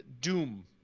Doom